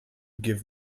give